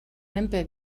menpe